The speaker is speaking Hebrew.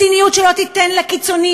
מדיניות שלא תיתן לקיצונים,